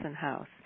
House